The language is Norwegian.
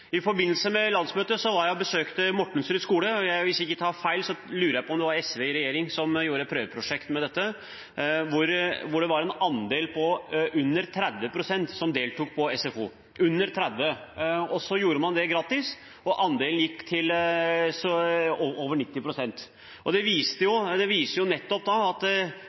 I forbindelse med landsmøtet besøkte jeg Mortensrud skole. Hvis jeg ikke tar feil, var det SV i regjering som hadde et prøveprosjekt med dette, hvor det var en andel på under 30 pst. som deltok i SFO – under 30 pst. Så gjorde man det gratis, og andelen gikk opp til over 90 pst. Det viser jo nettopp at når man gjør dette gratis, gir det